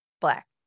Black